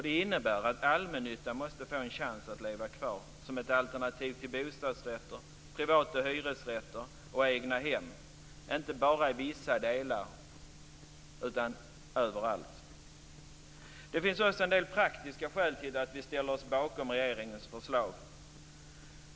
Det innebär att allmännyttan måste få en chans att leva kvar som ett alternativ till bostadsrätter, privata hyresrätter och egnahem - och då inte bara i vissa delar utan överallt. Det finns också en del praktiska skäl till att vi ställer oss bakom regeringens förslag.